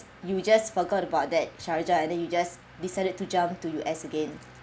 you just forgot about that sharjah and then you just decided to jump to U_S again